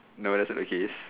no that sort of case